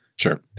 Sure